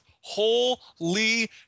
Holy